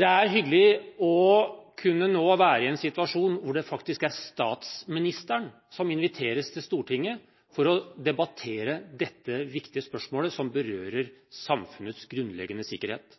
Det er hyggelig å kunne være i en situasjon hvor det faktisk er statsministeren som inviteres til Stortinget for å debattere dette viktige spørsmålet som berører samfunnets grunnleggende sikkerhet.